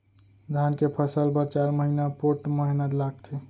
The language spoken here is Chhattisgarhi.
धान के फसल बर चार महिना पोट्ठ मेहनत लागथे